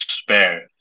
spare